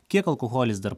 kiek alkoholis dar